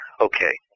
Okay